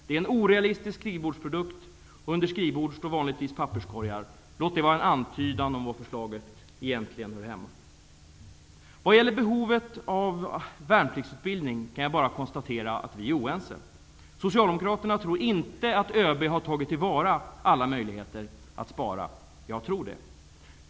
Det är en orealistisk skrivbordsprodukt. Under skrivbord står vanligtvis papperskorgar. Låt det vara en antydan om var förslaget egentligen hör hemma. Vad gäller behovet av värnpliktsutbildning kan jag bara konstatera att vi är oense. Socialdemokraterna tror inte att ÖB har tagit till vara alla möjligheter att spara. Jag tror det.